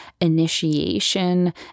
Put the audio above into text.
initiation